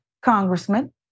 Congressman